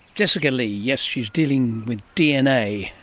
jessica li. yes, she is dealing with dna,